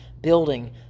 building